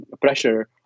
pressure